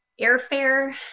airfare